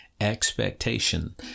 expectation